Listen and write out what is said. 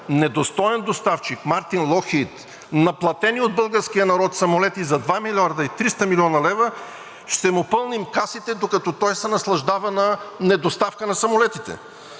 недостоен доставчик „Локхийд Мартин“, платени от българския народ самолети за 2 млрд. и 300 млн. лв. – ще му пълним касите, докато той се наслаждава на недоставка на самолетите?!